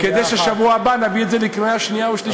כדי שבשבוע הבא נביא את זה לקריאה שנייה ושלישית,